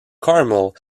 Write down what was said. carmel